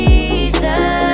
Jesus